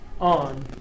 on